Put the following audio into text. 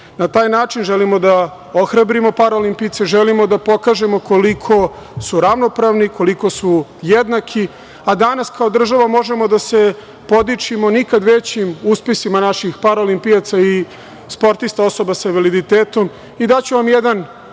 Na taj način želimo da ohrabrimo paraolimpijce, želimo da pokažemo koliko su ravnopravni, koliko su jednaki, a danas kao država možemo da se podičimo nikad većim uspesima naših paraolimpijaca i sportista osoba sa invaliditetom. Daću vam jedan